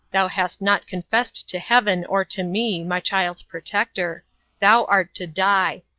thou hast not confessed to heaven or to me, my child's protector thou art to die.